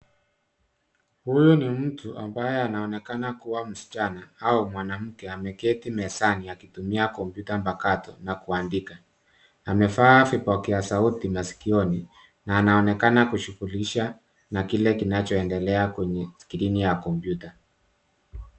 Huyu ni mtu ambaye anaonekana kuwa msichana au mwanamke ameketi mezani akitumia kompyuta mpakato na kuandika, amevaa vipokea sauti masikioni na anaonekana kushughulisha na kile kinachoendelea kwenye skrini ya kompyuta.